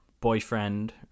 boyfriend